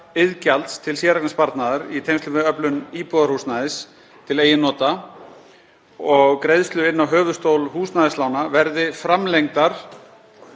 viðbótariðgjalds til séreignarsparnaðar í tengslum við öflun íbúðarhúsnæðis til eigin nota og greiðslu inn á höfuðstól húsnæðislána verði framlengdar